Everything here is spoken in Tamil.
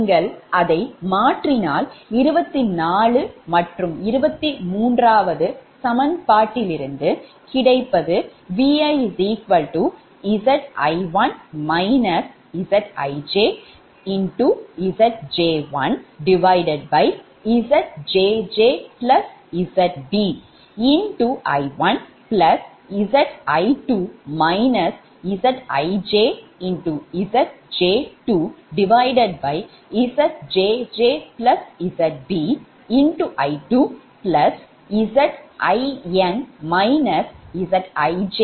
நீங்கள் அதை மாற்றினால் 24 மற்றும் 23 சமன்பாட்டிலிருந்து கிடைப்பது ViZi1 ZijZj1ZjjZb I1Zi2 ZijZj2ZjjZb I2Zin ZijZjnZjjZb In